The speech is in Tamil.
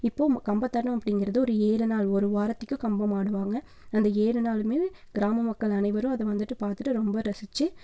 இப்போது கம்பத்தாட்டம் அப்படிங்கிறது ஒரு ஏழு நாள் ஒரு வாரத்துக்கும் கம்பம் ஆடுவாங்கள் அந்த ஏழு நாளுமே கிராம மக்கள் அனைவரும் அதை வந்துட்டு பார்த்துட்டு ரொம்ப ரசிச்சு